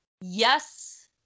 Yes